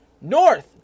north